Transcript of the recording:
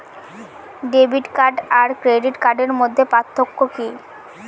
Debit card আর credit কার্ডের মধ্যে পার্থক্য কি?